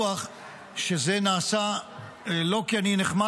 ואני סמוך ובטוח שזה נעשה לא כי אני נחמד,